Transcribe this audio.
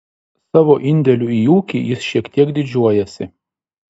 savo indėliu į ūkį jis šiek tiek didžiuojasi